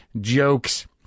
jokes